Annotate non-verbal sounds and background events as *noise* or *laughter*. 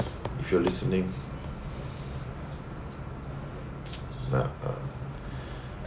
if you're listening *noise* nah uh *breath*